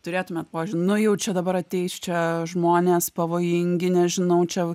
turėtumėt požiūrį nu jau čia dabar ateis čia žmonės pavojingi nežinau čia